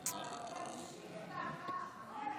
אנחנו מחזקים אותך.